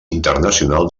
internacional